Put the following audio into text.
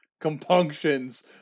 compunctions